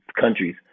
countries